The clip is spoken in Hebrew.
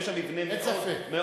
אין ספק.